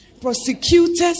prosecutors